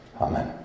Amen